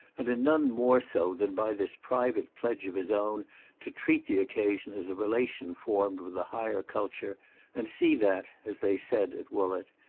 and in none more so than by this private pledge of his own to treat the occasion as a relation formed with the higher culture and see that, as they said at woollett,